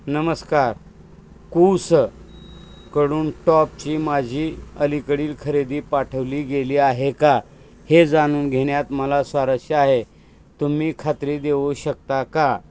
नमस्कार कूस कडून टॉपची माझी अलीकडील खरेदी पाठवली गेली आहे का हे जाणून घेण्यात मला स्वारस्य आहे तुम्ही खात्री देऊ शकता का